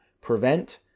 prevent